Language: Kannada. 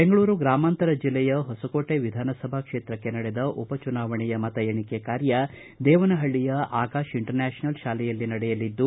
ಬೆಂಗಳೂರು ಗ್ರಾಮಾಂತರ ಜಿಲ್ಲೆಯ ಹೊಸಕೋಟೆ ವಿಧಾನ ಸಭಾ ಕ್ಷೇತ್ರಕ್ಷೆ ನಡೆದ ಉಪ ಚುನಾವಣೆಯ ಮತ ಎಣಿಕೆ ಕಾರ್ಯ ದೇವನಹಳ್ಳಿಯ ಆಕಾಶ್ ಇಂಟರ್ ನ್ಹಾಪನಲ್ ತಾಲೆಯಲ್ಲಿ ನಡೆಯಲಿದ್ದು